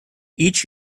each